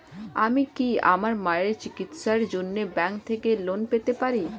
আমি কি আমার মায়ের চিকিত্সায়ের জন্য ব্যঙ্ক থেকে লোন পেতে পারি?